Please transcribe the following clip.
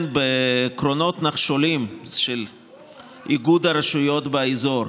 בקרונות נחשולים של איגוד הרשויות באזור,